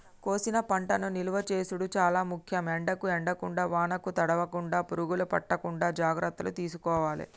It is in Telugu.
కోసిన పంటను నిలువ చేసుడు చాల ముఖ్యం, ఎండకు ఎండకుండా వానకు తడవకుండ, పురుగులు పట్టకుండా జాగ్రత్తలు తీసుకోవాలె